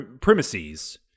premises